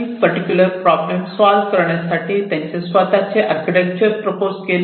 हा particular problem solve करण्यासाठी त्यांचे स्वतःचे आर्किटेक्चर प्रपोज केले